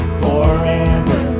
forever